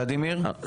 ולדימיר, בבקשה.